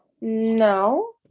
no